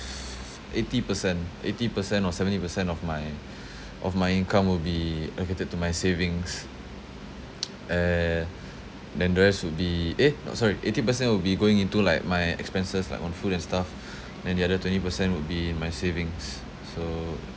eighty percent eighty percent or seventy percent of my of my income will be allocated to my savings uh then the rest would be eh orh sorry eighty percent will be going into like my expenses like on food and stuff then the other twenty percent would be in my savings so